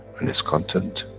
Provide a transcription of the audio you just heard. and its content,